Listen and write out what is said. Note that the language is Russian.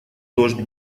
дождь